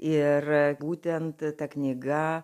ir būtent ta knyga